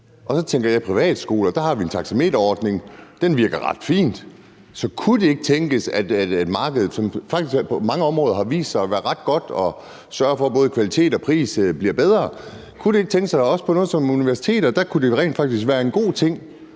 Så tænker jeg på privatskoler. Dér har vi en taxameterordning, og den virker ret fint. Så kunne det ikke tænkes, at markedet faktisk på mange områder har vist sig at være ret godt og sørger for, at både kvalitet og pris bliver bedre? Kunne det ikke tænkes, at også for sådan noget som universiteter kunne det rent faktisk være en god ting,